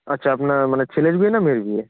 আচ্ছা আপনার মানে ছেলের বিয়ে না মেয়ের বিয়ে